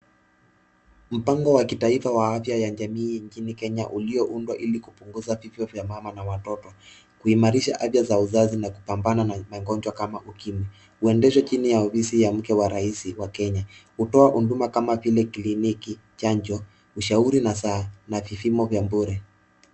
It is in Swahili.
Mpango wa kitaifa wa afya ya jamii nchini Kenya ulio undwa ili kupunguza vifo vya mama na watoto, kuimarisha afya za uzazi, na kupambana na magonjwa kama ukimwi. Huendeshwa chini ya ofisi ya mke wa rais wa Kenya, hutoa huduma kama vile kliniki, chanjo, ushauri nasaha, na vipimo vya bure.